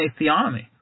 theonomy